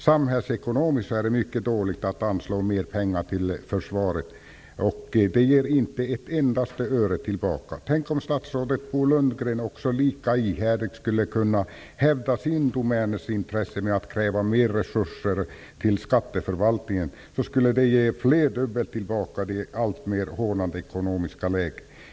Samhällsekonomiskt är det mycket dåligt att anslå mer pengar till försvaret, därför att det inte ger ett endaste öre tillbaka. Tänk om statsrådet Bo Lundgren lika ihärdigt hävdade sin domän och sitt intresse genom att kräva mer resurser till skatteförvaltningen. Då skulle det ge flerdubbelt tillbaka i det alltmer hårdnande ekonomiska läget.